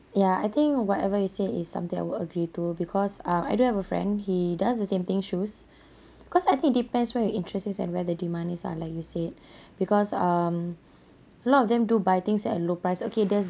ya I think whatever you say is something I will agree to because um I do have a friend he does the same thing shoes because I think it depends where your interest is and where the demand is ah like you said because um a lot of them do buy things at a low price okay there's